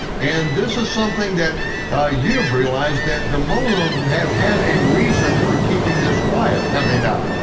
and this is something that you have realized that the muslims have had a reason for keeping this quiet, have they not?